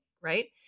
right